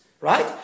Right